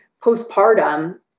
postpartum